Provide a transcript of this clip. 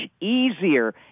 easier